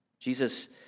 Jesus